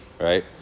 right